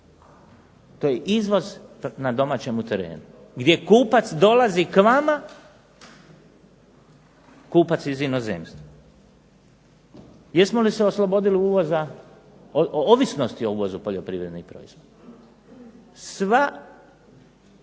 To je izvoz na domaćemu terenu, gdje kupac dolazi k vama, kupac iz inozemstva. Jesmo li se oslobodili uvoza, ovisnosti o uvozu poljoprivrednih proizvoda? Svi